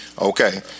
okay